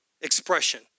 expression